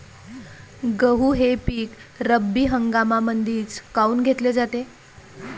गहू हे पिक रब्बी हंगामामंदीच काऊन घेतले जाते?